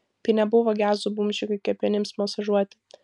tai nebuvo gezų bumčikai kepenims masažuoti